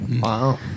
Wow